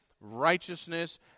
righteousness